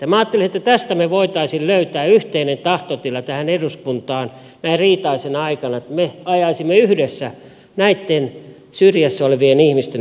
minä ajattelin että tästä me voisimme löytää yhteisen tahtotilan tähän eduskuntaan näin riitaisena aikana että me ajaisimme yhdessä näitten syrjässä olevien ihmisten asiaa